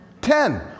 Ten